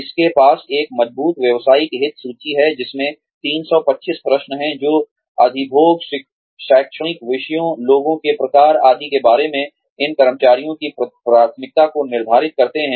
इसके पास एक मजबूत व्यावसायिक हित सूची है जिसमें 325 प्रश्न हैं जो अधिभोग शैक्षणिक विषयों लोगों के प्रकार आदि के बारे में इन कर्मचारियों की प्राथमिकता को निर्धारित करते हैं